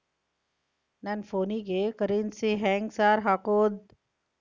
ನನ್ ಫೋನಿಗೆ ಕರೆನ್ಸಿ ಹೆಂಗ್ ಸಾರ್ ಹಾಕೋದ್?